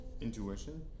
intuition